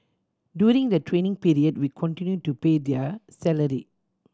during the training period we continue to pay their salary